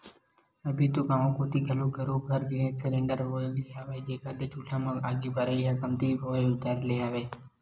अभी तो गाँव कोती घलोक घरो घर गेंस सिलेंडर होगे हवय, जेखर ले चूल्हा म आगी बरई ह कमती होय बर धर ले हवय